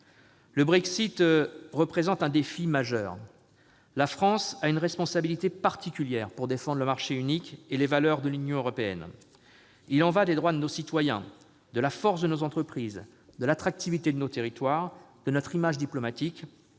Le Brexit représente un défi majeur. La France a une responsabilité particulière pour défendre le marché unique et les valeurs de l'Union européenne. Il y va des droits de nos concitoyens, de la force de nos entreprises, de l'attractivité de nos territoires et de notre image diplomatique.